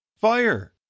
fire